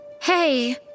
Hey